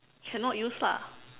cannot use lah